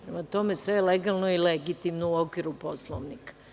Prema tome, sve je legalno i legitimno, u okviru Poslovnika.